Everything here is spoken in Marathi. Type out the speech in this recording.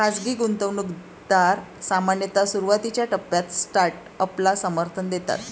खाजगी गुंतवणूकदार सामान्यतः सुरुवातीच्या टप्प्यात स्टार्टअपला समर्थन देतात